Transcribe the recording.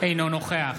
אינו נוכח